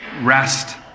rest